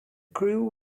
crew